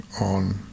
on